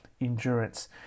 endurance